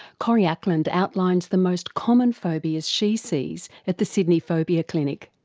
corrie ackland outlines the most common phobias she sees at the sydney phobia clinic.